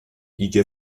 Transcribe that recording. idzie